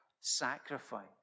sacrifice